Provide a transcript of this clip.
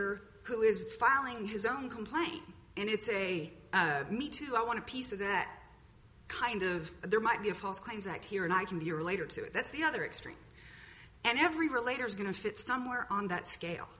or who is filing his own complaint and it's a me too i want to piece of that kind of there might be a false claims act here and i can be related to it that's the other extreme and every relator is going to fit somewhere on that scale